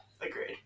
agreed